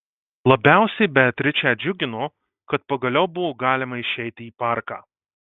labiausiai beatričę džiugino kad pagaliau buvo galima išeiti į parką